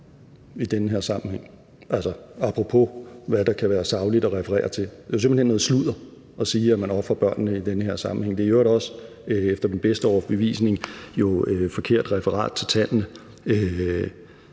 i den her sammenhæng, apropos hvad der kan være sagligt at referere til. Det er jo simpelt hen noget sludder at sige, at man ofrer børnene i den her sammenhæng, og det er jo i øvrigt også efter min bedste overbevisning et forkert referat af tallene.